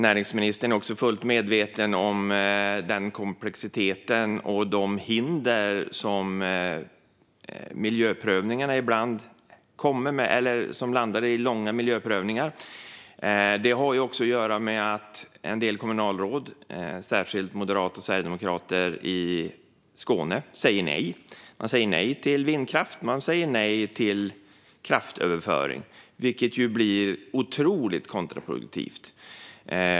Näringsministern är också fullt medveten om den komplexitet som finns och som ibland landar i långa miljöprövningar. Det har också att göra med att en del kommunalråd, särskilt moderater och sverigedemokrater i Skåne, säger nej. Man säger nej till vindkraft och nej till kraftöverföring, vilket blir otroligt kontraproduktivt.